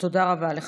תודה רבה לך.